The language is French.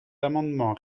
amendement